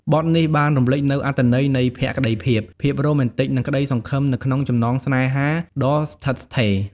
បទនេះបានរំលេចនូវអត្ថន័យនៃភក្តីភាព ភាពរ៉ូមែនទិក និងក្តីសង្ឃឹមនៅក្នុងចំណងស្នេហាដ៏ស្ថិតស្ថេរ។